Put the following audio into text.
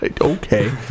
Okay